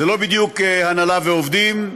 זה לא בדיוק הנהלה ועובדים,